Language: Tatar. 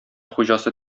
хуҗасы